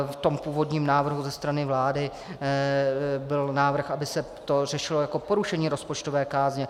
V původním návrhu ze strany vlády byl návrh, aby se to řešilo jako porušení rozpočtové kázně.